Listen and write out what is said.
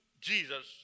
Jesus